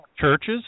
churches